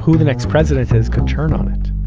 who the next president is could turn on it